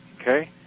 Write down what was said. Okay